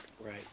Right